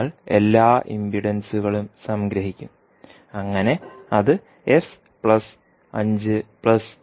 നിങ്ങൾ എല്ലാ ഇംപിഡൻസുകളും സംഗ്രഹിക്കും അങ്ങനെ അത് മാറും